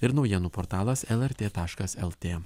ir naujienų portalas lrt taškas lt